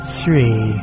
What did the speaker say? three